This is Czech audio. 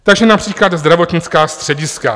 Takže například zdravotnická střediska.